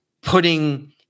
putting